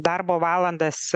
darbo valandas